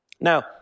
Now